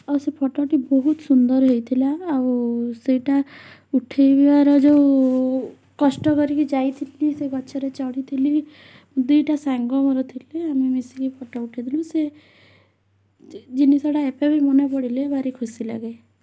ଆଉ ସେଇ ଫୋଟୋଟି ବହୁତ ସୁନ୍ଦର ହେଇଥିଲା ଆଉ ସେଇଟା ଉଠେଇବାର ଯୋଉ କଷ୍ଟ କରିକି ଯାଇଥିଲି ସେଇ ଗଛରେ ଚଢ଼ିଥିଲି ଦୁଇ'ଟା ସାଙ୍ଗ ମୋର ଥିଲେ ଆମେ ମିଶିକି ଫୋଟୋ ଉଠେଇଥିଲୁ ସିଏ ଜିନିଷଟା ଏବେ ବି ମନେ ପଡ଼ିଲେ ଭାରି ଖୁସିଲାଗେ